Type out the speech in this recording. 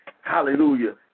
hallelujah